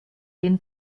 den